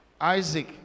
Isaac